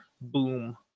Boom